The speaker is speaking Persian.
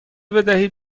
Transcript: بدهید